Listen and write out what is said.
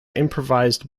improvised